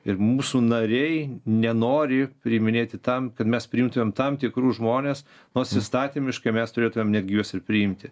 ir mūsų nariai nenori priiminėti tam kad mes priimtumėm tam tikrus žmones nors įstatymiškai mes turėtumėm netgi juos ir priimti